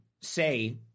say